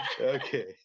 okay